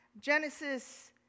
Genesis